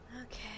Okay